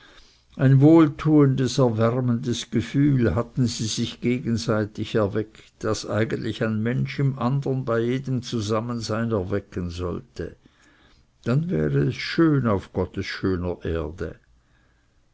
ein wohltuendes erwärmendes gefühl hatten sie sich gegenseitig erweckt das eigentlich ein mensch im andern bei jedem zusammensein erwecken sollte dann wäre es schön auf gottes schöner erde